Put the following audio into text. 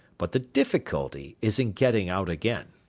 but the difficulty is in getting out again.